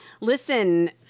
listen